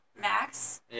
max